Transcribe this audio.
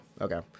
Okay